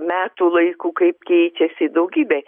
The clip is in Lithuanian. metų laiku kaip keičiasi daugybė